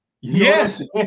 Yes